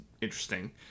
interesting